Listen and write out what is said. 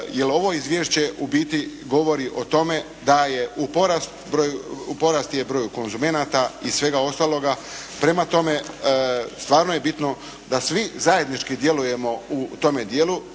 jer ovo izvješće u biti govori o tome da je u porastu broj konzumenata i svega ostaloga. Prema tome, stvarno je bitno da svi zajednički djelujemo u tome dijelu.